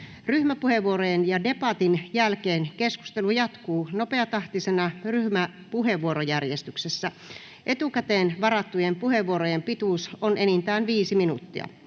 Ryhmäpuheenvuorojen ja debatin jälkeen keskustelu jatkuu nopeatahtisena ryhmäpuheenvuorojärjestyksessä. Etukäteen varattujen puheenvuorojen pituus on enintään 5 minuuttia.